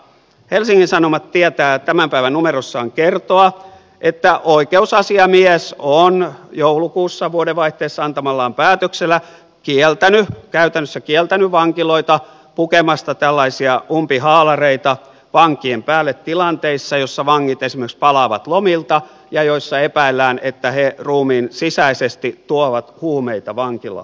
helsingin sanomat tietää tämän päivän numerossaan kertoa että oikeusasiamies on joulukuussa vuodenvaihteessa antamallaan päätöksellä käytännössä kieltänyt vankiloita pukemasta tällaisia umpihaalareita vankien päälle tilanteissa joissa vangit esimerkiksi palaavat lomilta ja joissa epäillään että he ruumiinsisäisesti tuovat huumeita vankilaan